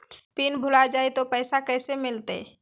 Pin भूला जाई तो पैसा कैसे मिलते?